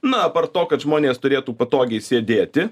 na apart to kad žmonės turėtų patogiai sėdėti